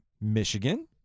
Michigan